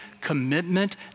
commitment